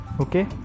Okay